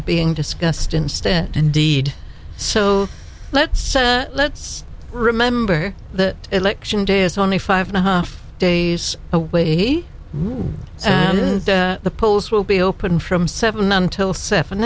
are being discussed instead indeed so let's let's remember that election day is only five and a half days away he so the polls will be open from seven until seven